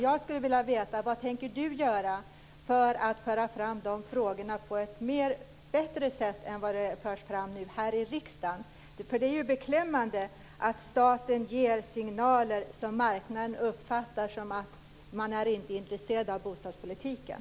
Jag skulle vilja veta vad Siw Wittgren-Ahl tänker göra för att föra fram dessa frågor på ett bättre sätt än det som sker här nu i riksdagen, för det är ju beklämmande att staten ger signaler som marknaden uppfattar som att man inte är intresserad av bostadspolitiken.